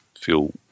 feel